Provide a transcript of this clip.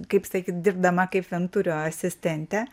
kaip sakyt dirbdama kaip venturio asistentė